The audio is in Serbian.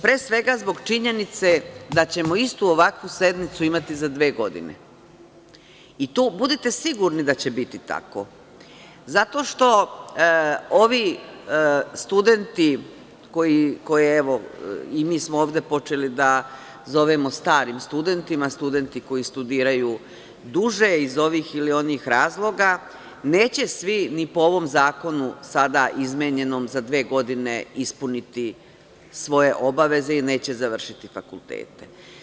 Pre svega zbog činjenice da ćemo istu ovakvu sednicu imati za dve godine i to budite sigurni da će biti tako zato što ovi studenti koje evo i mi smo ovde počeli da zovemo „starim studentima“, studenti koji studiraju duže iz ovih ili onih razloga, neće svi ni po ovom zakonu sada izmenjenom za dve godine ispuniti svoje obaveze i neće završiti fakultete.